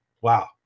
wow